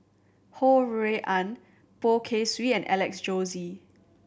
Ho Rui An Poh Kay Swee and Alex Josey